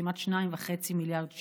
כמעט 2.5 מיליארד ש"ח.